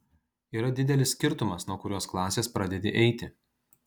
yra didelis skirtumas nuo kurios klasės pradedi eiti